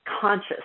conscious